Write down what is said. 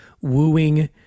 wooing